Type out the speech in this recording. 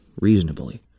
reasonably